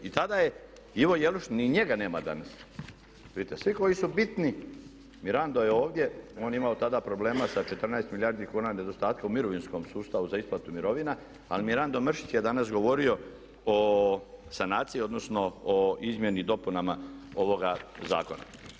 I tada je Ivo Jelušić, ni njega nema danas, vidite svi koji su bitni, Mirando je ovdje, on je imao tada problema sa 14 milijardi kuna nedostatka u mirovinskom sustavu za isplatu mirovina, ali MIrando Mrsić je danas govorio o sanaciji, odnosno o izmjeni i dopunama ovoga zakona.